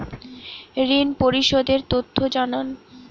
ঋন পরিশোধ এর তথ্য জানান